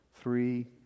three